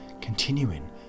continuing